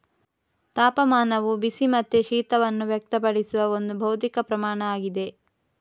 ತಾಪಮಾನವು ಬಿಸಿ ಮತ್ತೆ ಶೀತವನ್ನ ವ್ಯಕ್ತಪಡಿಸುವ ಒಂದು ಭೌತಿಕ ಪ್ರಮಾಣ ಆಗಿದೆ